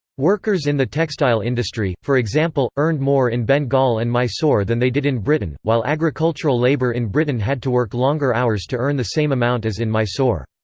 workers in the textile industry, for example, earned more in bengal and mysore than they did in britain, while agricultural labour in britain had to work longer hours to earn the same amount as in mysore.